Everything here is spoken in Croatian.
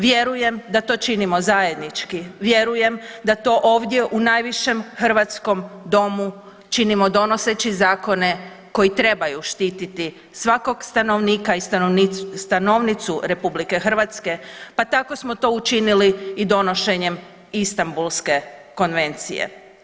Vjerujem da to činimo zajednički, vjerujem da to ovdje u najvišem hrvatskom domu činimo donoseći zakone koji trebaju štititi svakog stanovnika i stanovnicu RH, pa tako smo to učinili i donošenjem Istambulske konvencije.